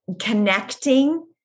connecting